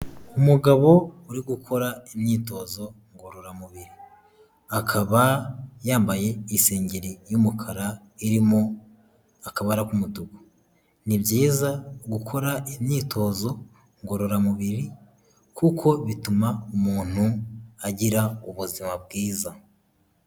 Umugabo uri gukora imyitozo ngororamubiri, akaba yambaye isengeri y'umukara irimo akabara k'umutuku, ni byiza gukora imyitozo ngororamubiri kuko bituma umuntu agira ubuzima bwiza.